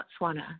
Botswana